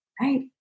Right